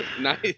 nice